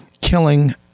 killing